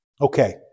Okay